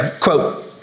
quote